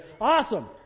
Awesome